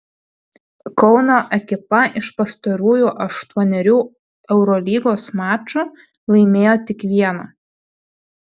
kauno ekipa iš pastarųjų aštuonerių eurolygos mačų laimėjo tik vieną